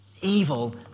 Evil